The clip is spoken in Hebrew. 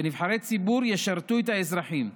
שנבחרי ציבור ישרתו את האזרחים.